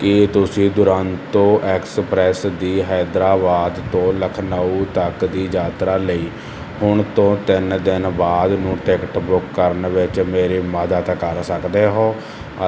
ਕੀ ਤੁਸੀਂ ਦੁਰੰਤੋ ਐਕਸਪ੍ਰੈਸ ਦੀ ਹੈਦਰਾਬਾਦ ਤੋਂ ਲਖਨਊ ਤੱਕ ਦੀ ਯਾਤਰਾ ਲਈ ਹੁਣ ਤੋਂ ਤਿੰਨ ਦਿਨ ਬਾਅਦ ਨੂੰ ਟਿਕਟ ਬੁੱਕ ਕਰਨ ਵਿੱਚ ਮੇਰੀ ਮਦਦ ਕਰ ਸਕਦੇ ਹੋ